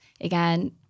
Again